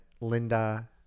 linda